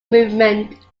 movement